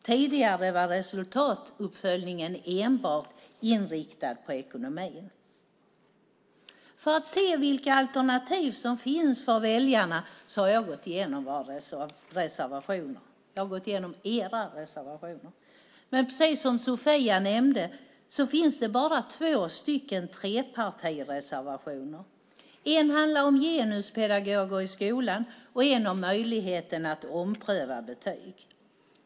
Tidigare var resultatuppföljningen enbart inriktad på ekonomi. För att se vilka alternativ som finns för väljarna har jag gått igenom era reservationer. Men precis som Sofia nämnde finns det bara två stycken trepartireservationer. En handlar om genuspedagoger i skolan och en om möjligheten att ompröva betyg.